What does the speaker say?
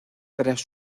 tras